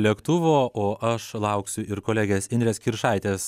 lėktuvo o aš lauksiu ir kolegės indrės kiršaitės